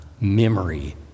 memory